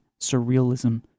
surrealism